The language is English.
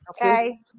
Okay